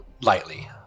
lightly